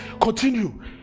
continue